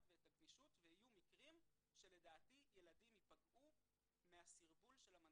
ואת הגמישות ויהיו מקרים שילדים יפגעו מהסרבול שזה מוסיף.